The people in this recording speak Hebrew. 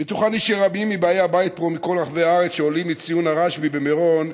בטוחני שרבים מבאי הבית פה ומכל רחבי הארץ שעולים לציון רשב"י במירון,